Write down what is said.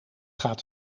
gaat